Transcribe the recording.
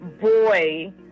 boy